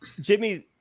Jimmy